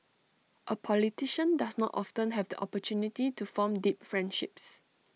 A politician does not often have the opportunity to form deep friendships